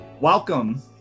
welcome